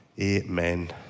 Amen